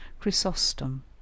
Chrysostom